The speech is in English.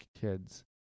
kids